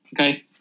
Okay